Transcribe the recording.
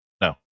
No